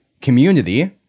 community